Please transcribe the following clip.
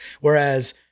Whereas